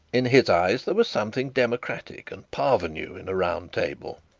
in his eyes there was something democratic and parvenu in a round table.